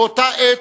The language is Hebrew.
באותה העת,